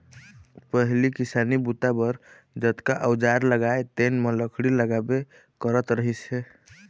पहिली किसानी बूता बर जतका अउजार लागय तेन म लकड़ी लागबे करत रहिस हे